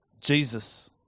Jesus